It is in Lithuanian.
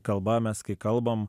kalba mes kai kalbam